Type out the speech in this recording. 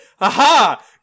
aha